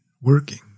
working